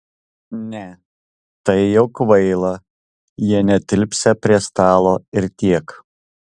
ne tai jau kvaila jie netilpsią prie stalo ir tiek